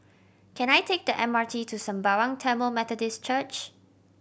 can I take the M R T to Sembawang Tamil Methodist Church